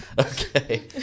Okay